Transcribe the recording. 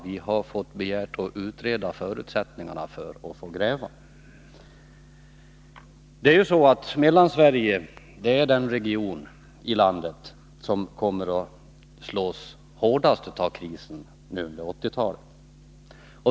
Vi har begärt att få utreda förutsättningarna för att gräva. Mellansverige är den region i landet där krisen kommer att slå hårdast under 1980-talet.